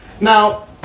Now